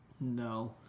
No